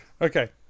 Okay